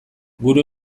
gure